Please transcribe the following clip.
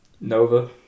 Nova